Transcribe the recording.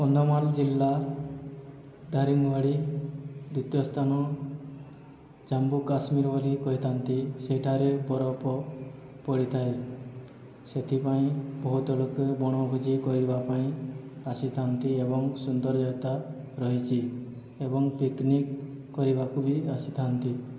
କନ୍ଧମାଲ ଜିଲ୍ଲା ଦାରିଙ୍ଗବାଡ଼ି ଦ୍ଵିତୀୟ ସ୍ଥାନ ଜାମ୍ବୁ କାଶ୍ମୀର ବୋଲି କହିଥାନ୍ତି ସେହିଠାରେ ବରଫ ପଡ଼ିଥାଏ ସେଥିପାଇଁ ବହୁତ ଲୋକେ ବଣଭୋଜି କରିବା ପାଇଁ ଆସିଥାନ୍ତି ଏବଂ ସୌନ୍ଦର୍ଯ୍ୟତା ରହିଛି ଏବଂ ପିକନିକ୍ କରିବାକୁ ବି ଆସିଥାନ୍ତି